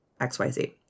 XYZ